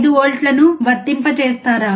5 వోల్ట్లను వర్తింపచేస్తారా